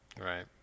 Right